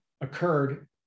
occurred